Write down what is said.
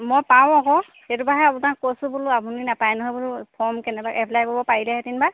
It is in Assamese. মই পাওঁ আকৌ সেইটোৰপৰাহে আপোনাক কৈছোঁ বোলো আপুনি নাপায় নহয় বোলো ফৰ্ম কেনেবাকৈ এপ্লাই কৰিব পাৰিলেহেঁতেনবা